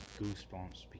goosebumps